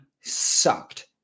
sucked